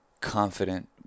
confident